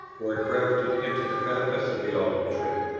wert grafted into the fatness of the olive tree,